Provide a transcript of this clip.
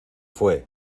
fué